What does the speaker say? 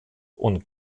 und